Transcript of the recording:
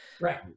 Right